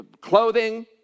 clothing